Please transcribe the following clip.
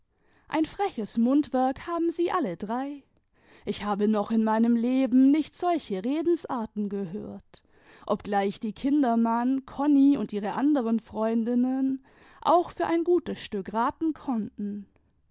ein freches mundwerk haben sie alle drei ich habe noch in meinem leben nicht solche redensarten gehört obgleich die kindermann koimi und ihre anderen freundinnen auch für ein gutes stück raten konnten